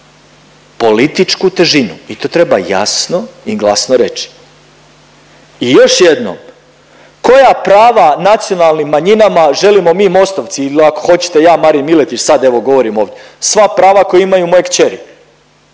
političku težinu i to treba jasno i glasno reći. I još jednom, koja prava nacionalnim manjinama želimo mi Mostovci ili ako hoćete ja Marin Miletić, sad evo govorim ovdje, sva prava koja imaju i moja kćeri